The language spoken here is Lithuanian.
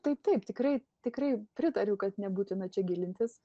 taip taip tikrai tikrai pritariu kad nebūtina čia gilintis